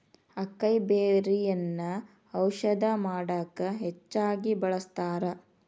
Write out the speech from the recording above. ಅಕೈಬೆರ್ರಿಯನ್ನಾ ಔಷಧ ಮಾಡಕ ಹೆಚ್ಚಾಗಿ ಬಳ್ಸತಾರ